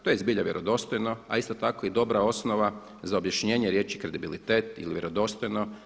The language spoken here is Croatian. To je zbilja vjerodostojno a isto tak i dobra osnova za objašnjenje riječi kredibilitet ili vjerodostojno.